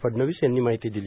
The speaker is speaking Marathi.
फडणवीस यांनी माहिती दिली